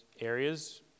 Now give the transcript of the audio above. areas